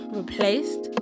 replaced